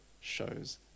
shows